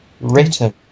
Written